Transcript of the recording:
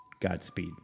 Godspeed